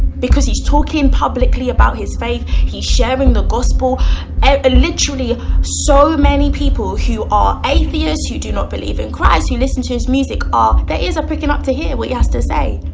because he's talking publicly about his faith he's sharing the gospel and literally so many people who are atheists who do not believe in christ you listen to his music up ah there is a picking up to hear what you has to say